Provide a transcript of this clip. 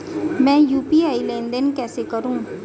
मैं यू.पी.आई लेनदेन कैसे करूँ?